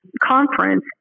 conference